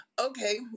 Okay